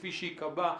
כפי שייקבע,